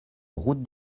route